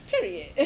Period